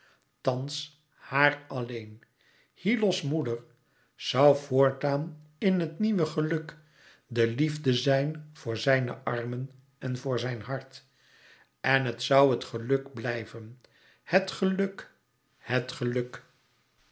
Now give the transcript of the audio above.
thans haar alleen hyllos moeder zoû voortaan in het nieuwe geluk de liefde zijn voor zijne armen en voor zijn hart en het zoû het geluk blijven het geluk het geluk